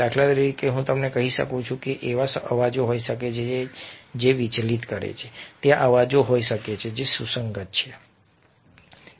દાખલા તરીકે હું તમને કહી શકું છું કે એવા અવાજો હોઈ શકે છે જે વિચલિત કરે છે ત્યાં અવાજો હોઈ શકે છે જે સુસંગત છે